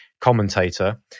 commentator